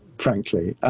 frankly.